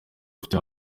afite